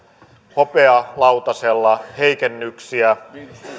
hopealautasella heikennyksiä